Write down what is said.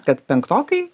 kad penktokai